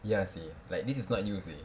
ya seh like this is not you seh